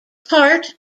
part